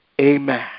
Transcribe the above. amen